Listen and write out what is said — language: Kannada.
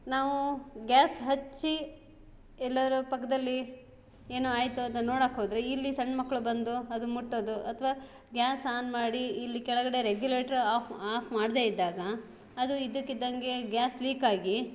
ನಾವು ಗ್ಯಾಸ್ ಹಚ್ಚಿ ಎಲ್ಲರು ಪಕ್ಕದಲ್ಲಿ ಏನೊ ಆಯಿತು ಅಂತ ನೋಡಕೆ ಹೋದರೆ ಇಲ್ಲಿ ಸಣ್ಣ ಮಕ್ಕಳು ಬಂದು ಅದನ್ನು ಮುಟ್ಟೋದು ಅಥವಾ ಗ್ಯಾಸ್ ಆನ್ ಮಾಡಿ ಇಲ್ಲಿ ಕೆಳಗಡೆ ರೆಗ್ಯುಲೇಟ್ರ್ ಆಫ್ ಆಫ್ ಮಾಡದೆ ಇದ್ದಾಗ ಅದು ಇದ್ದಕ್ಕೆ ಇದ್ದಾಗೆ ಗ್ಯಾಸ್ ಲೀಕಾಗಿ